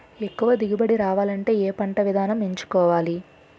ఎక్కువ దిగుబడి రావాలంటే ఏ పంట విధానం ఎంచుకోవాలి?